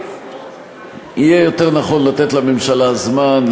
יהיה יותר נכון לתת לממשלה זמן,